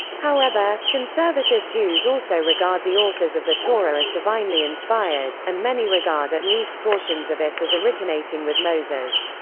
however, conservative jews also regard the authors of the torah as divinely inspired, and many regard at least portions of it as originating with moses.